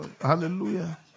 hallelujah